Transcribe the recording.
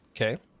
Okay